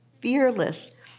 fearless